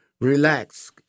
relax